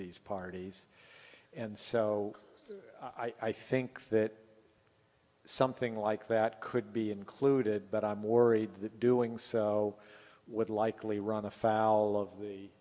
these parties and so i think that something like that could be included but i'm worried that doing so would likely run afoul of the